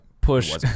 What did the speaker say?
push